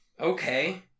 okay